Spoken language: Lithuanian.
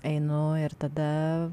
einu ir tada